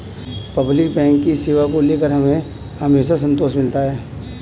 public bank की सेवा को लेकर हमें हमेशा संतोष मिलता है